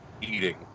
eating